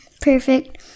perfect